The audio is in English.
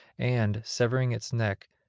and, severing its neck,